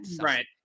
Right